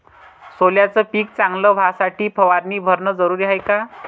सोल्याचं पिक चांगलं व्हासाठी फवारणी भरनं जरुरी हाये का?